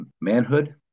manhood